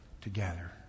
together